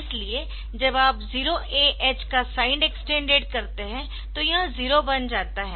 इसलिए जब आप 0AH का साइंड एक्सटेंड करते है तो यह 0 बन जाता है